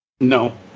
No